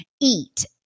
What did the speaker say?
eat